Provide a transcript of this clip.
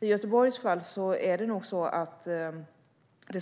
I Göteborgs fall handlar det nog